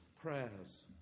prayers